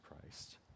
Christ